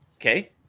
okay